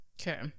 Okay